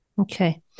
Okay